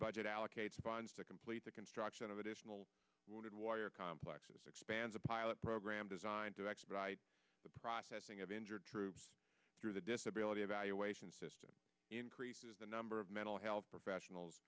budget allocates funds to complete the construction of additional wounded warrior complexes expands a pilot program designed to expedite the processing of injured troops through the disability evaluation system increases the number of mental health professionals